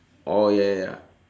oh ya ya ya